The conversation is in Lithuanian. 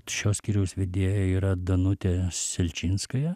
šio skyriaus vedėja yra danutė selčinskaja